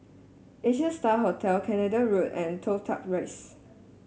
Asia Star Hotel Canada Road and Toh Tuck Rise